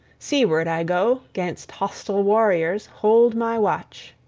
seaward i go, gainst hostile warriors hold my watch.